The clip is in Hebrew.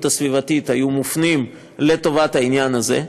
הסביבתית היו מופנות לטובת העניין הזה,